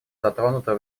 затронута